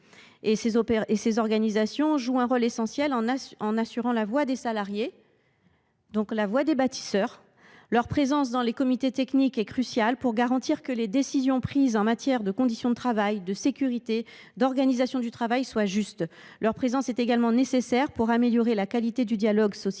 Ces organisations jouent un rôle essentiel en portant la voix des salariés, autrement dit celle des bâtisseurs. Leur présence dans les comités techniques est cruciale pour garantir que les décisions prises en matière de conditions de travail, de sécurité ou d’organisation du travail sont justes. Leur présence est également nécessaire pour améliorer la qualité du dialogue social et